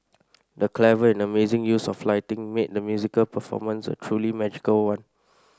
the clever and amazing use of lighting made the musical performance a truly magical one